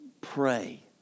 pray